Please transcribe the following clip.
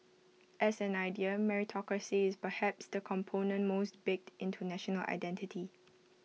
as an idea meritocracy is perhaps the component most baked into national identity